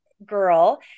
girl